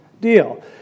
deal